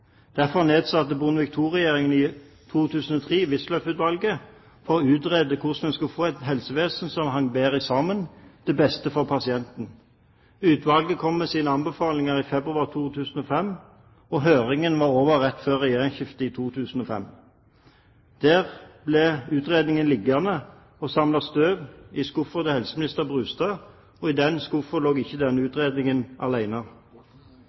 Derfor nedsatte Bondevik II-regjeringen i oktober 2003 Wisløff-utvalget for å utrede hvordan vi skulle få et helsevesen som henger bedre sammen, til beste for pasienten. Utvalget kom med sine anbefalinger i februar 2005, og høringen var over rett før regjeringsskiftet i 2005. Der ble utredningen liggende og samle støv i skuffen til helseminister Brustad, og i den skuffen lå ikke